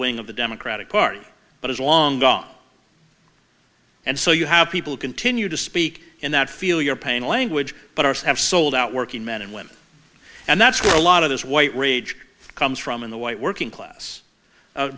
wing of the democratic party but is long gone and so you have people continue to speak in that feel your pain language but arce have sold out working men and women and that's where a lot of this white rage comes from in the white working class